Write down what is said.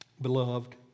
Beloved